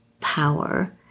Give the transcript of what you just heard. power